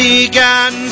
Began